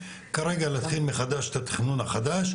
כרגע להתחיל מחדש את התכנון החדש,